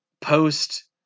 post